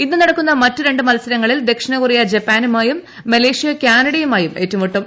ഇന്ന് നടക്കുന്ന മറ്റ് രണ്ട് മത്സരങ്ങളിൽ ദക്ഷിണ കൊറിയ ജപ്പാനുമായും മലേഷ്യ കാനഡയുമായും ഏറ്റുമുട്ടും